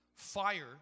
Fire